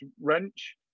wrench